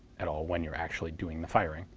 at all when you're actually doing the firing.